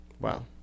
Wow